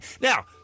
now